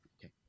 Okay